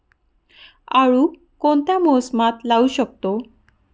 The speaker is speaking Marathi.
आळू कोणत्या मोसमात लावू शकतो?